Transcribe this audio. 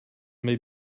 may